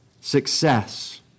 success